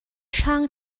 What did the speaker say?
hrang